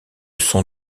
son